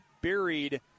buried